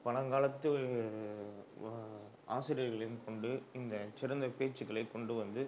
பழங்காலத்து வா ஆசிரியர்களையும் கொண்டு இந்த சிறந்த பேச்சுக்களை கொண்டுவந்து